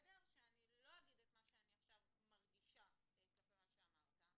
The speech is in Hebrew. שאני לא אגיד את מה שאני עכשיו מרגישה כלפי מה שאמרת,